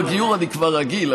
בגיור אני כבר רגיל,